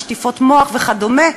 על שטיפות מוח וכדומה.